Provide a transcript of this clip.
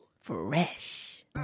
Fresh